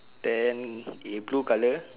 then eh blue colour